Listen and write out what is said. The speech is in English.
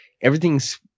everything's